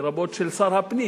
לרבות מצדו של שר הפנים.